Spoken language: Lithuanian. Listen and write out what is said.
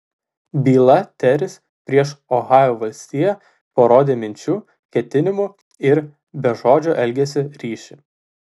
byla teris prieš ohajo valstiją parodė minčių ketinimų ir bežodžio elgesio ryšį